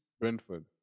Brentford